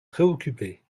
préoccupé